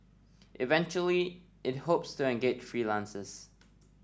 eventually it hopes that engage freelancers